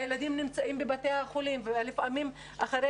הילדים נמצאים בבתי החולים ולפעמים אחרי